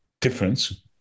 difference